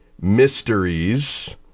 Mysteries